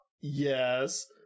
yes